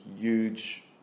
huge